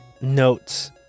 notes